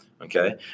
okay